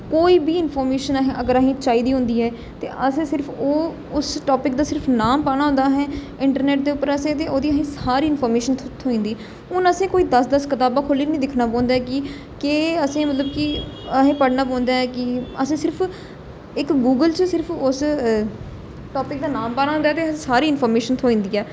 कोई बी इनफारमेशन अगर असें गी चाहिदी होंदी ऐ ते अस सिर्फ ओह् उस टापिक दा सिर्फ नाम पाना होंदा असें इंटरनेट दे उप्पर असें ते ओह्दी असेंगी सारी इनफारमेशन थ्होई जंदी हून असें कोई दस दस कताबां खोली नेईं दिक्खना पौंदा कि केह् अस मतलब कि असें पढ़ना पौंदा कि असें सिर्फ इक गूगल च सिर्फ उस टापिक दा नांऽ पाना होंदा ते सारी इनफारमेशन थ्होई जंदी ऐ